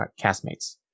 castmates